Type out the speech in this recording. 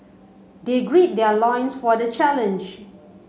they greed their loins for the challenge